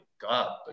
God